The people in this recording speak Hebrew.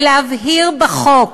ולהבהיר בחוק